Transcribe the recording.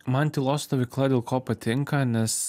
man tylos stovykla dėl ko patinka nes